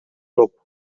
топ